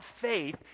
faith